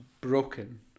broken